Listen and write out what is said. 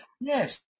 yes